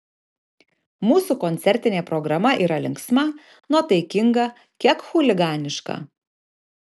mūsų koncertinė programa yra linksma nuotaikinga kiek chuliganiška